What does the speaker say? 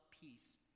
peace